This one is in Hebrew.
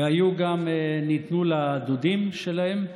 וגם ניתנו לדודים שלהם.